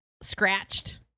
scratched